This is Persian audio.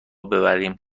ببریم